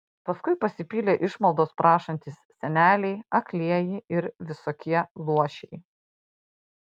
paskui pasipylė išmaldos prašantys seneliai aklieji ir visokie luošiai